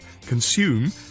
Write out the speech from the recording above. consume